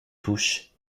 touche